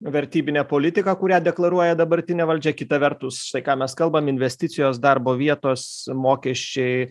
vertybinė politika kurią deklaruoja dabartinė valdžia kita vertus tai ką mes kalbam investicijos darbo vietos mokesčiai